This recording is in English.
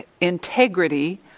integrity